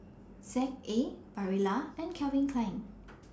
Z A Barilla and Calvin Klein